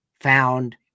found